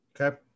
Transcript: okay